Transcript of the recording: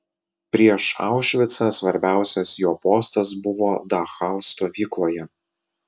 prieš aušvicą svarbiausias jo postas buvo dachau stovykloje